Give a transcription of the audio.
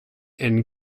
and